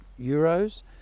euros